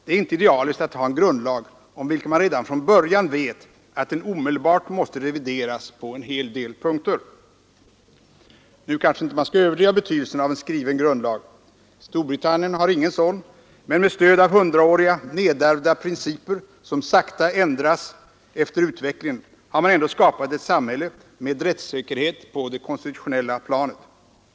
Det är inte idealiskt att ha en grundlag om vilken man redan från början vet att den omedelbart måste revideras på en hel del punkter. Nu skall man kanske inte överdriva betydelsen av en skriven grundlag. Storbritannien har ingen sådan, men med stöd av hundraåriga nedärvda principer som sakta ändras efter utvecklingen har man ändå skapat ett samhälle med rättssäkerhet på det konstitutionella planet.